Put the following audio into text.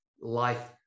life